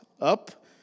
up